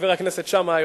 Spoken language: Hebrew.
חבר הכנסת שאמה,